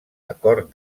acord